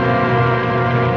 um